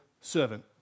servant